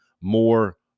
more